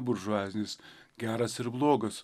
buržuazinis geras ir blogas